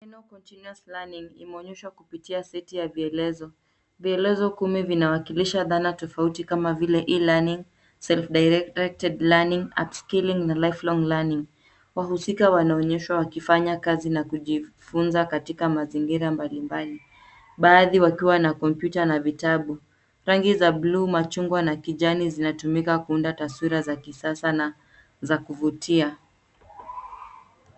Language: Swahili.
Neno continuous learning imeonyeshwa kupitia seti ya vielezo. Vielezo kumi vinawakilisha dhana tofauti kama vile: e-learning, self directed learning, up-skilling , na life-long learning . Wahusika wanaonyeshwa wakifanya kazi na kujifunza katika mazingira mbali mbali, baadhi wakiwa na kompyuta na vitabu. Rangi za bluu, machungwa na kijani zinatumika kuunda taswira za kisasa na za kuvutia.